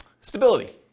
Stability